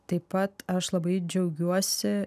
taip pat aš labai džiaugiuosi